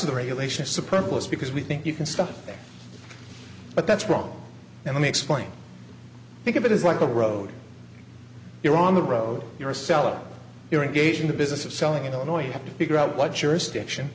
of the regulations support list because we think you can stuff but that's wrong and let me explain think of it as like a road you're on the road you're a seller you're engaged in the business of selling in illinois you have to figure out what jurisdiction